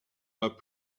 pas